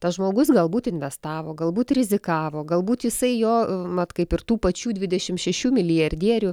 tas žmogus galbūt investavo galbūt rizikavo galbūt jisai jo mat kaip ir tų pačių dvidešim šešių milijardierių